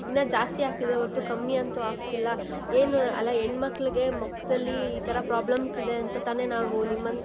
ಇನ್ನೂ ಜಾಸ್ತಿ ಆಗ್ತಿದೆ ಹೊರ್ತು ಕಮ್ಮಿ ಅಂತೂ ಆಗ್ತಿಲ್ಲ ಏನೂ ಅಲ್ಲ ಹೆಣ್ಮಕ್ಳಗೆ ಮುಖ್ದಲ್ಲಿ ಈ ಥರ ಪ್ರಾಬ್ಲಮ್ಸ್ ಇದೆ ಅಂತ ತಾನೇ ನಾವೂ ನಿಮ್ಮನ್ನು